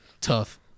Tough